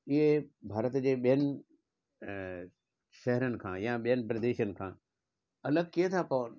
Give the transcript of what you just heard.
इहे भारत जे ॿियनि शहरन खां या ॿियनि प्रदेशनि खां अलॻि कीअं था पवनि